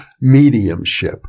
mediumship